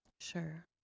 Sure